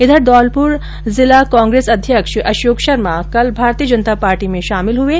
इधर धौलपुर जिला कांग्रेस अध्यक्ष अशोक शर्मा कल भारतीय जनता पार्टी में शामिल हो गये